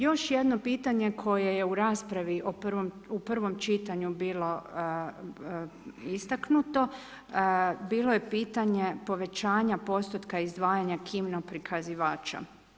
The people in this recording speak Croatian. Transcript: Još jedno pitanje koje je u raspravi u prvom čitanju bilo istaknuto, bilo je pitanje povećanja postotka izdvajanja kino prikazivača.